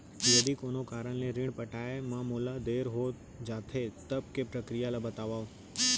यदि कोनो कारन ले ऋण पटाय मा मोला देर हो जाथे, तब के प्रक्रिया ला बतावव